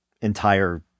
entire